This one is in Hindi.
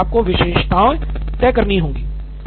इसके लिए आपको विशेषताएँ तय करनी होंगी